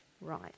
right